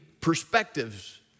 perspectives